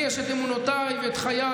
לי יש את אמונותיי ואת חיי,